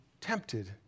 tempted